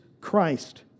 Christ